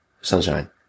Sunshine